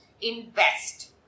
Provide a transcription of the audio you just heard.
invest